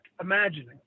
imagining